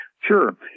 Sure